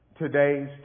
Today's